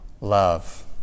love